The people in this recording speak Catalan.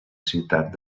ciutat